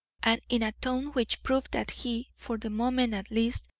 and in a tone which proved that he, for the moment at least,